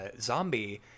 zombie